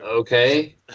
okay